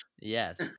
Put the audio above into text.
Yes